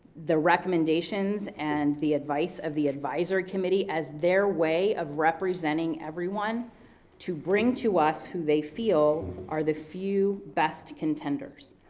the recommendations and the advice of the advisory committee as their way of representing everyone to bring to us who they feel are the few best contenders,